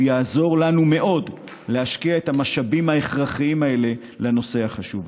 הוא יעזור לנו מאוד להשקיע את המשאבים ההכרחיים האלה בנושא החשוב הזה.